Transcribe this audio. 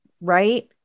Right